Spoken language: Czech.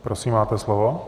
Prosím, máte slovo.